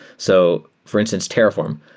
so for instance, terraform.